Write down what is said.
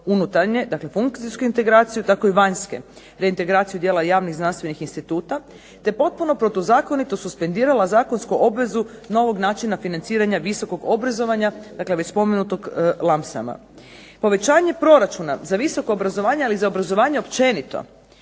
unutarnje dakle funkcijsku integraciju, tako i vanjske, reintegraciju dijela javnih znanstvenih instituta, te potpuno protuzakonito suspendirala zakonsku obvezu novog načina financiranja visokog obrazovanja, dakle već spomenutog …/Govornica se ne razumije./… Povećanje proračuna za visoko obrazovanje, ali i za obrazovanje općenito